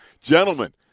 gentlemen